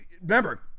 remember